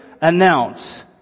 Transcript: announce